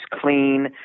clean